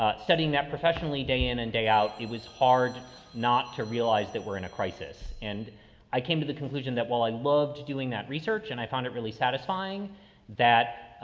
ah studying that professionally, day in and day out, it was hard not to realize that we're in a crisis. and i came to the conclusion that while i loved doing that research and i found it really satisfying that,